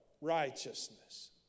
righteousness